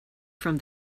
from